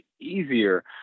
easier